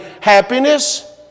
happiness